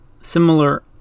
Similar